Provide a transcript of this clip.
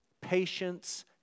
patience